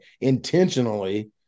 intentionally